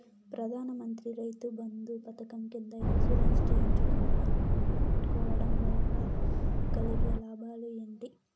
ప్రధాన మంత్రి రైతు బంధు పథకం కింద ఇన్సూరెన్సు చేయించుకోవడం కోవడం వల్ల కలిగే లాభాలు ఏంటి?